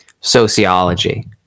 sociology